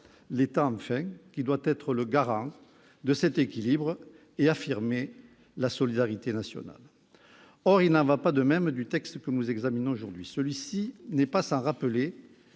l'État, enfin, qui doit être le garant de cet équilibre et affirmer la solidarité nationale. Or, il n'en va pas de même du texte que nous examinons aujourd'hui. Celui-ci n'est pas sans rappeler